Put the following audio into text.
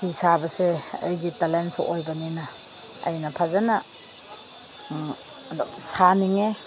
ꯐꯤ ꯁꯥꯕꯁꯦ ꯑꯩꯒꯤ ꯇꯦꯂꯦꯟꯁꯨ ꯑꯣꯏꯕꯅꯤꯅ ꯑꯩꯅ ꯐꯖꯅ ꯑꯗꯨꯝ ꯁꯥꯅꯤꯡꯉꯦ